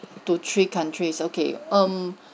to three countries okay um